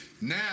Now